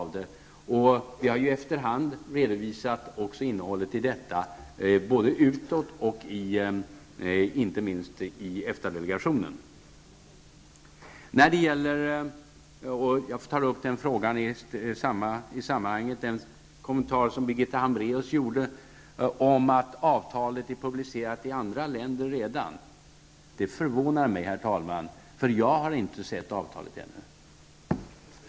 Vi har efter hand redovisat också innehållet i detta både utåt och inte minst i EFTA För det andra måste jag, med anledning av att Birgitta Hambraeus sade att avtalet redan är publicerat i andra länder, säga att det förvånar mig, herr talman, för jag har ännu inte sett avtalet.